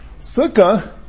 Sukkah